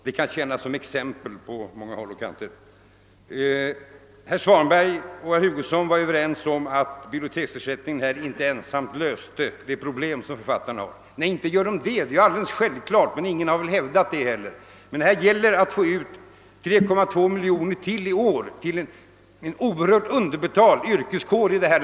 Det kan tjäna som gott exempel för andra på många håll. Herr Svanberg och herr Hugosson var överens om att biblioteksersättningen inte ensam löste de problem som författarna har. Nej, inte gör den det; det är alldeles självklart. Men ingen har väl hävdat det heller. Här gäller det emellertid att få ytterligare 3,2 miljoner i år till en oerhört underbetald yrkeskår.